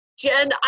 Jen